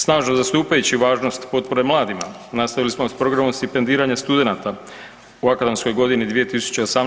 Snažno zastupajući važnost potpore mladima, nastavili smo s programom stipendiranja studenata u akademskoj godini 2018.